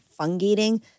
fungating